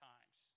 Times